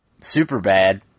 Superbad